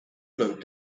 lobe